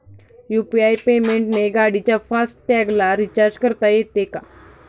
UPI पेमेंटने गाडीच्या फास्ट टॅगला रिर्चाज करता येते का?